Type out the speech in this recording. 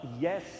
yes